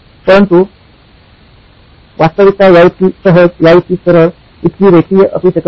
परंतु वास्तविकता या इतकी सहज याइतकी सरळ इतकी रेखीय असू शकत नाही